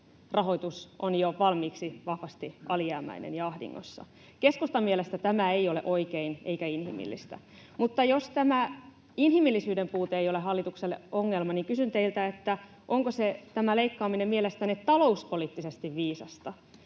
rahoitus on jo valmiiksi vahvasti alijäämäinen ja ahdingossa? Keskustan mielestä tämä ei ole oikein eikä inhimillistä. Jos tämä inhimillisyyden puute ei ole hallitukselle ongelma, niin kysyn teiltä, onko tämä leikkaaminen mielestänne talouspoliittisesti viisasta.